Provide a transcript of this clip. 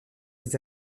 des